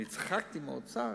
אני צחקתי עם האוצר